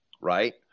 Right